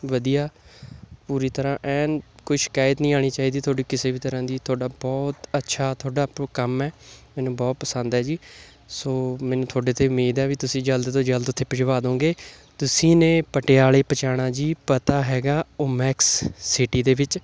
ਵਧੀਆ ਪੂਰੀ ਤਰ੍ਹਾਂ ਐਨ ਕੋਈ ਸ਼ਿਕਾਇਤ ਨਹੀਂ ਆਉਣੀ ਚਾਹੀਦੀ ਤੁਹਾਡੀ ਕਿਸੇ ਵੀ ਤਰ੍ਹਾਂ ਦੀ ਤੁਹਾਡਾ ਬਹੁਤ ਅੱਛਾ ਤੁਹਾਡਾ ਅਪੁ ਕੰਮ ਹੈ ਮੈਨੂੰ ਬਹੁਤ ਪਸੰਦ ਹੈ ਜੀ ਸੋ ਮੈਨੂੰ ਤੁਹਾਡੇ ਤੋਂ ਉਮੀਦ ਹੈ ਵੀ ਤੁਸੀਂ ਜਲਦ ਤੋਂ ਜਲਦ ਉੱਥੇ ਭਿਜਵਾ ਦੋਂਗੇ ਤੁਸੀਂ ਨੇ ਪਟਿਆਲੇ ਪਹਿਚਾਣਾ ਜੀ ਪਤਾ ਹੈਗਾ ਓਮੈਕਸ ਸਿਟੀ ਦੇ ਵਿੱਚ